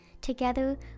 Together